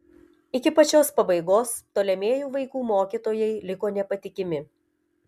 iki pačios pabaigos ptolemėjų vaikų mokytojai liko nepatikimi